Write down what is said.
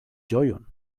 ĝojon